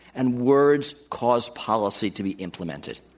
and words cause policy to be implemented.